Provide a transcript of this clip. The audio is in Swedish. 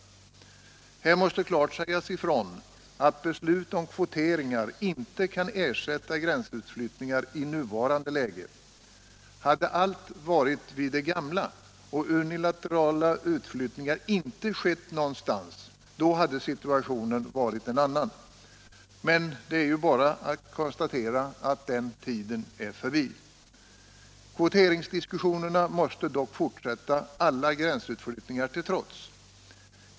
Här måste klart sägas ifrån att beslut om kvoteringar inte kan ersätta gränsutflyttningar i nuvarande läge. Hade allt varit vid det gamla och unilaterala utflyttningar inte skett någonstans, då hade situationen varit en annan. Men det är bara att konstatera att den tiden är förbi. Kvoteringsdiskussionerna måste dock fortsätta, alla gränsutflyttningar till trots.